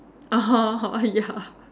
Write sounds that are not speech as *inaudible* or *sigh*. *laughs* ya